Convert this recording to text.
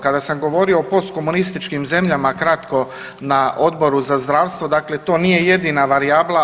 Kada sam govorio o post komunističkim zemljama kratko na Odboru za zdravstvo, dakle to nije jedina varijabla.